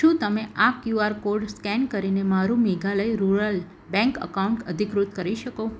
શું તમે આ કયુઆર કોડ સ્કેન કરીને મારું મેઘાલય રૂરલ બેંક એકાઉન્ટ અધિકૃત કરી શકો